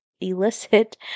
elicit